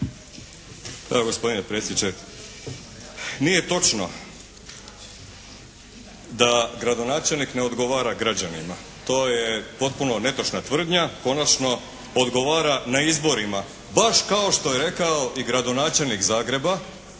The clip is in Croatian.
Gospodine predsjedniče, nije točno da gradonačelnik ne odgovara građanima. To je potpuno netočna tvrdnja. Konačno, odgovara na izborima, baš kao što je rekao i gradonačelnik Zagreba